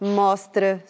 mostra